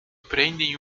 prendem